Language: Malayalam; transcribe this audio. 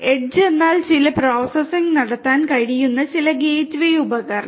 എഡ്ജ് എന്നാൽ ചില പ്രോസസ്സിംഗ് നടത്താൻ കഴിയുന്ന ചില ഗേറ്റ്വേ ഉപകരണം